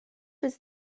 was